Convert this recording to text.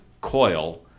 coil